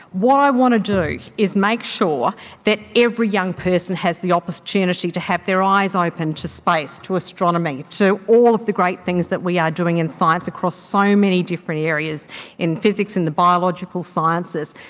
what i want to do is make sure that every young person has the opportunity to have their eyes opened to space, to astronomy, to all of the great things that we are doing in science across so many different areas in physics, in the biological sciences.